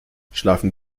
schlafen